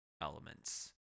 elements